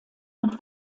und